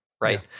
right